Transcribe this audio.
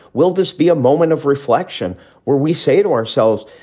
will this be a moment of reflection where we say to ourselves,